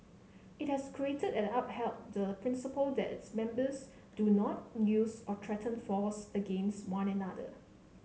it has created and upheld the principle that its members do not use or threaten force against one another